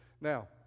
Now